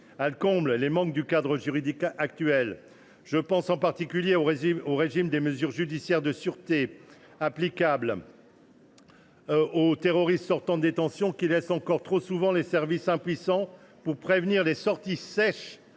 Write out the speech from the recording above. tout d’abord les manques du cadre juridique en vigueur. Je pense en particulier au régime des mesures judiciaires de sûreté applicables aux terroristes sortant de détention, qui laisse encore trop souvent les services impuissants pour prévenir les sorties sèches